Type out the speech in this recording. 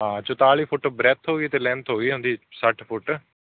ਹਾਂ ਚੁਤਾਲੀ foot breadth ਹੋ ਗਈ ਅਤੇ ਲੈਂਥ ਹੋ ਗਈ ਉਹਦੀ ਸੱਠ ਫੁੱਟ